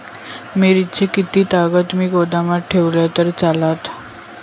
मिरची कीततागत मी गोदामात ठेवलंय तर चालात?